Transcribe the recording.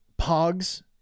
pogs